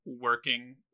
working